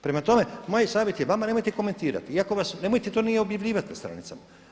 Prema tome, moj savjet je vama nemojte komentirati nemojte to ni objavljivati na stranicama.